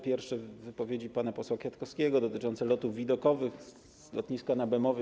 Pierwsze - w wypowiedzi pana posła Kwiatkowskiego, dotyczące lotów widokowych z lotniska na Bemowie.